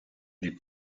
les